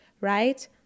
right